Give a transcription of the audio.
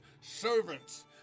servants